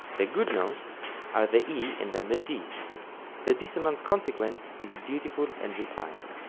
the good notes are the e and then the d the dissonant consequence is beautiful and refined